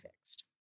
fixed